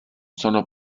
sono